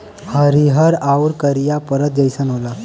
हरिहर आउर करिया परत जइसन होला